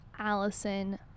Allison